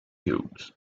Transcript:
cubes